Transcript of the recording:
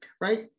right